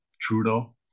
Trudeau